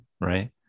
right